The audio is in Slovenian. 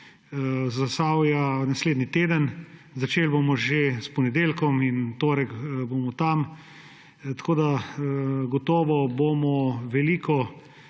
Zasavja naslednji teden. Začeli bomo že s ponedeljkom in v torek bomo tam. Gotovo bomo veliko